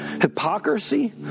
hypocrisy